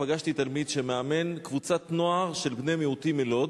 פגשתי תלמיד שמאמן קבוצת נוער של בני-מיעוטים מלוד,